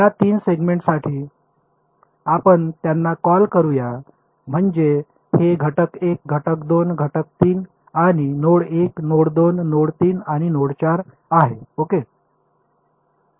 या 3 सेगमेंट्ससाठी आपण त्यांना कॉल करू या म्हणजे हे घटक 1 घटक 2 घटक 3 आणि नोड 1 नोड 2 नोड 3 आणि नोड 4 आहेत ओके